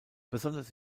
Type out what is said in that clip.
besonders